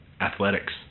athletics